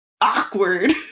awkward